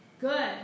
good